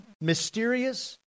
mysterious